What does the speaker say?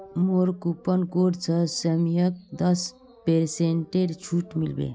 मोर coupon code स सौम्यक दस पेरसेंटेर छूट मिल बे